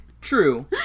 True